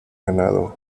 ganado